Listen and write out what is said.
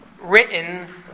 written